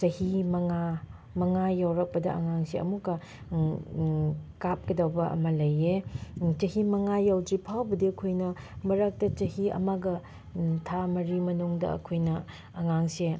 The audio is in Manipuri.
ꯆꯍꯤ ꯃꯉꯥ ꯃꯉꯥ ꯌꯧꯔꯛꯄꯗ ꯑꯉꯥꯡꯁꯦ ꯑꯃꯨꯛꯀ ꯀꯥꯞꯀꯗꯧꯕ ꯑꯃ ꯂꯩꯌꯦ ꯆꯍꯤ ꯃꯉꯥ ꯌꯧꯗ꯭ꯔꯤꯐꯥꯎꯕꯗꯤ ꯑꯩꯈꯣꯏꯅ ꯃꯔꯛꯇ ꯆꯍꯤ ꯑꯃꯒ ꯊꯥ ꯃꯔꯤ ꯃꯅꯨꯡꯗ ꯑꯩꯈꯣꯏꯅ ꯑꯉꯥꯡꯁꯦ